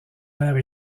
père